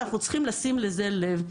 ואנחנו צריכים לשים לזה לב.